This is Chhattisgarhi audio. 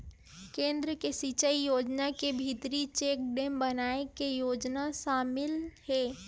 केन्द्र के सिचई योजना के भीतरी चेकडेम बनाए के योजना सामिल हे